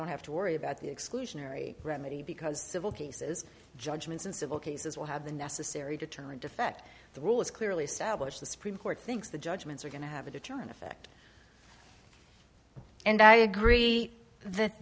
don't have to worry about the exclusionary remedy because civil cases judgments in civil cases will have the necessary deterrent effect the rule is clearly established the supreme court thinks the judgments are going to have a deterrent effect and i agree that